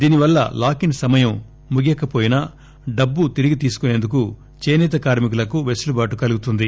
దీనివల్ల లాకిన్ సమయం ముగియకపోయినా డబ్బు తిరిగి తీసుకుసేందుకు చేసేత కార్కి కులకు వెసలుబాటు కలుగుతుంది